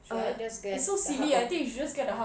should I just get the hard copy